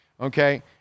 Okay